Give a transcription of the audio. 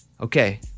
Okay